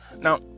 now